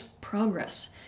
progress